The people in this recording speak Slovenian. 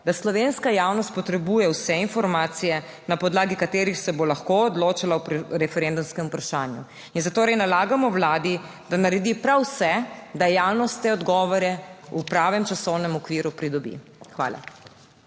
da slovenska javnost potrebuje vse informacije, na podlagi katerih se bo lahko odločala o referendumskem vprašanju in zatorej nalagamo Vladi, da naredi prav vse, da javnost te odgovore v pravem časovnem okviru pridobi. Hvala.